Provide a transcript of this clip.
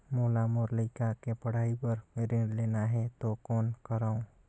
मोला मोर लइका के पढ़ाई बर ऋण लेना है तो कौन करव?